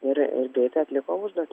ir ir greit atliko užduotį